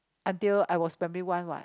until I was primary one what